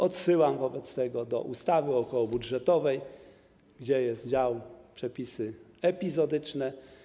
Odsyłam wobec tego do ustawy okołobudżetowej, gdzie jest dział: Przepisy epizodyczne.